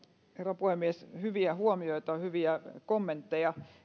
herra puhemies hyviä huomiota hyviä kommentteja